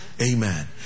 Amen